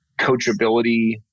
coachability